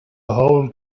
whole